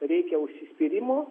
reikia užsispyrimo